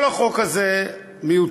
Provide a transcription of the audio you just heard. כל החוק הזה מיותר.